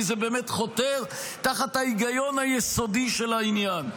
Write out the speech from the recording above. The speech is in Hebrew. כי זה באמת חותר תחת ההיגיון היסודי של העניין.